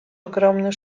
ogromny